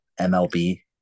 MLB